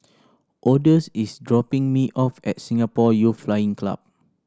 odus is dropping me off at Singapore Youth Flying Club